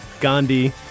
Gandhi